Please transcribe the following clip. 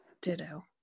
ditto